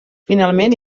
finalment